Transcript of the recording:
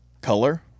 color